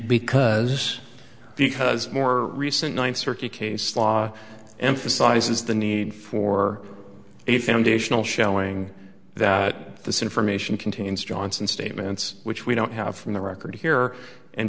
because because more recent ninth circuit case law emphasizes the need for a foundational showing that this information contains johnson statements which we don't have from the record here and